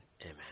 Amen